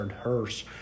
hearse